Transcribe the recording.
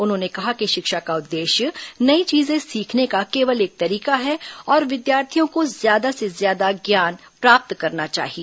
उन्होंने कहा कि शिक्षा का उद्देश्य नई चीजें सीखने का केवल एक तरीका है और विद्यार्थियों को ज्यादा से ज्यादा ज्ञान प्राप्त करना चाहिए